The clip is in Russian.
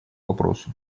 вопросу